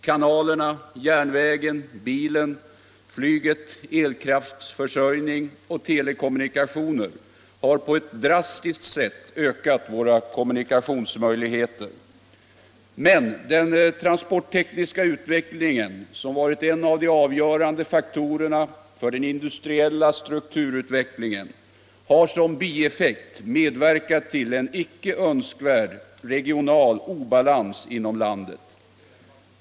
Kanalerna, järnvägen, bilen, flyget, elkraftsförsörjningen och telekommunikationerna har på ett drastiskt sätt ökat våra kommunikationsmöjligheter. Men den transporttekniska utvecklingen, som varit en av de avgörande faktorerna för den industriella strukturomvandlingen, har som bieffekt medverkat till en icke önskvärd regional obalans inom landet.